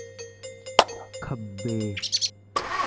खब्बे